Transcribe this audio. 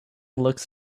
looks